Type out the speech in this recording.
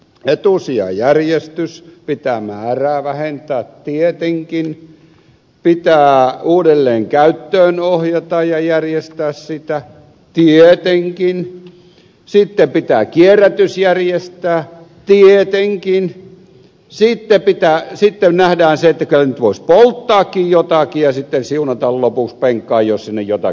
etusijajärjestys pitää määrää vähentää tietenkin pitää uudelleenkäyttöön ohjata ja järjestää sitä tietenkin sitten pitää kierrätys järjestää tietenkin sitten nähdään se että kyllä nyt voisi polttaakin jotakin ja sitten siunata lopuksi penkkaan jos sinne jotakin sattui jäämään